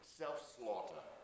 self-slaughter